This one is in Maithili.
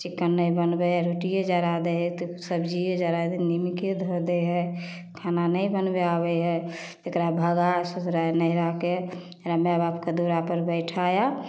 चिक्कन नहि बनबै हइ रोटिए जरा दै हइ तऽ सब्जिए जरा दै हइ निम्मके धऽ दै हइ खाना नहि बनबे आबै हइ एकरा भगा ससुरारि नहिराके एकरा माइ बापके दुरापर बैठा आ